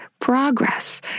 progress